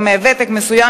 עם ותק מסוים,